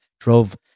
drove